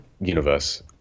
universe